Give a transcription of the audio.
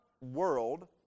world